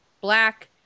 black